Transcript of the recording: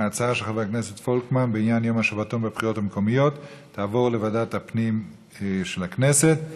ההצעה להעביר את לוועדת הפנים והגנת הסביבה נתקבלה.